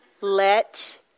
Let